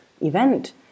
event